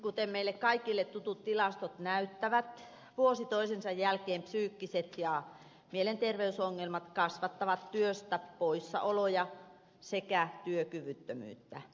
kuten meille kaikille tutut tilastot näyttävät vuosi toisensa jälkeen psyykkiset ja mielenterveysongelmat kasvattavat työstä poissaoloja sekä työkyvyttömyyttä